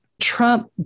Trump